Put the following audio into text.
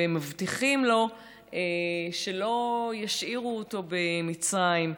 ומבטיחים לו שלא ישאירו אותו במצרים: